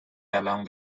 along